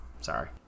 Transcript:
sorry